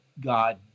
God